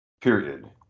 period